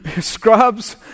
scrubs